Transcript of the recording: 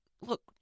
Look